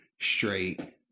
straight